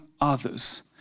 others